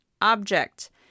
object